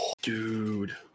Dude